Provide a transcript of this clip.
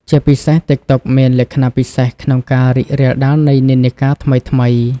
ជាពិសេស ទីកតុកមានលក្ខណៈពិសេសក្នុងការ រីករាលដាលនៃនិន្នាការថ្មីៗ។